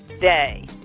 day